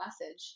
message